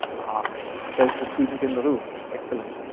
ah says the student in the room, excellent.